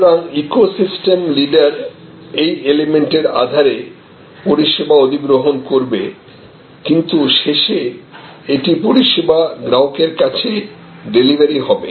সুতরাং ecosystem leader এই এলিমেন্টের আধারে পরিষেবা অধিগ্রহণ করবে কিন্তু শেষে এটি পরিষেবা গ্রাহকের কাছে ডেলিভারি হবে